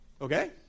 Okay